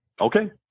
Okay